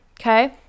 okay